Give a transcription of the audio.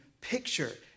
picture